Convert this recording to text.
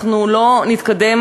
אנחנו לא נתקדם.